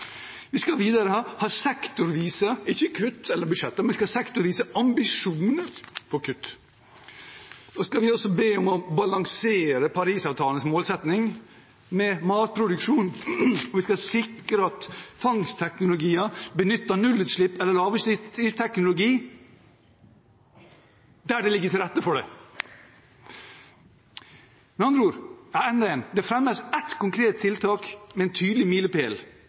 Vi skal videre ha sektorvise – ikke kutt eller budsjetter, vi skal ha «sektorvise ambisjoner for kutt». Så skal vi også be om en klimapolitikk «som balanserer Paris-avtalens målsetninger» med matproduksjonen, og vi skal sikre at fangstteknologier benytter nullutslipps- eller lavutslippsteknologi der det ligger til rette for det. Det fremmes ett konkret tiltak med en tydelig milepæl: